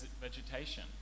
vegetation